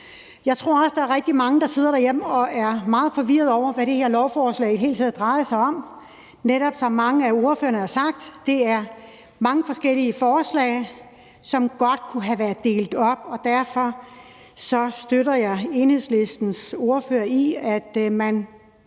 Jeg tror også, der er rigtig mange, der sidder derhjemme og er meget forvirrede over, hvad det her lovforslag i det hele taget drejer sig om, og det er netop, som mange af ordførerne har sagt, mange forskellige forslag, og hvor det godt kunne have været delt op, og derfor støtter jeg Enhedslistens ordfører i, at man